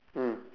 mm